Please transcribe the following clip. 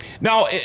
Now